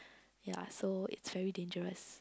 ya so it's very dangerous